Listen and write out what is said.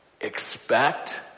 Expect